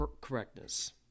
correctness